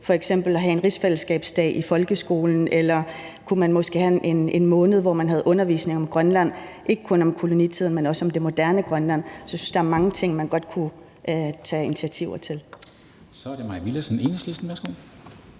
f.eks. at have en rigsfællesskabsdag i folkeskolen, eller man kunne måske have en måned, hvor man havde undervisning om Grønland og ikke kun om kolonitiden, men også om det moderne Grønland. Så jeg synes, der er mange ting, man godt kunne tage initiativ til. Kl. 13:10 Formanden (Henrik